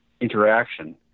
interaction